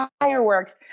fireworks